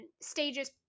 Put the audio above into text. stages